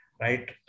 right